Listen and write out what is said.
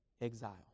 exile